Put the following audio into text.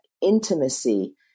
intimacy